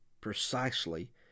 precisely